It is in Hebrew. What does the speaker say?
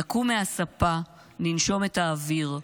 / נקום מהספה, ננשום את האוויר,